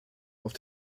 auf